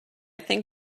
think